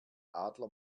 adler